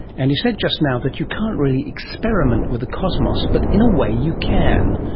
and he said just now that you can't really experiment with the cosmos, but in a way you can.